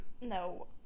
No